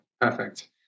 Perfect